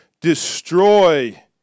destroy